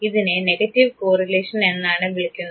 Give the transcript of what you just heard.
ഇതിനെ negative correlation എന്നാണ് വിളിക്കുന്നത്